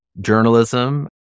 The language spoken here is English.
journalism